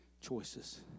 choices